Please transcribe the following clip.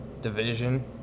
division